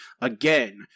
again